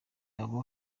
abo